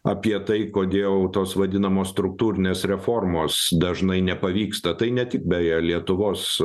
apie tai kodėl tos vadinamos struktūrinės reformos dažnai nepavyksta tai ne tik beje lietuvos